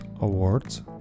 Awards